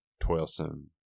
toilsome